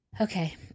Okay